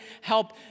help